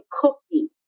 cookie